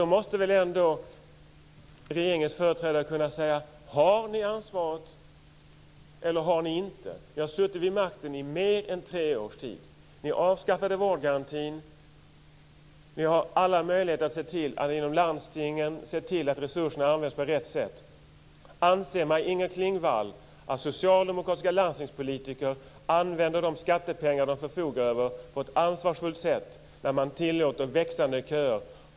Då måste väl ändå regeringens företrädare kunna säga om ni har ansvaret eller inte. Ni har suttit vid makten i mer än tre års tid. Ni avskaffade vårdgarantin. Ni har alla möjligheter att se till att resurserna används på rätt sätt inom landstingen. Anser Maj Inger Klingvall att socialdemokratiska landstingspolitiker använder de skattepengar de förfogar över på ett ansvarsfullt sätt när man tillåter växande köer?